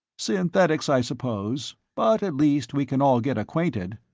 synthetics, i suppose, but at least we can all get acquainted.